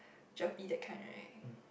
Gerpe that kind right